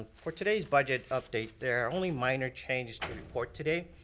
for today's budget update, there are only minor changes to report today.